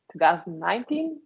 2019